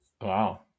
Wow